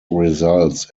results